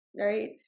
right